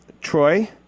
Troy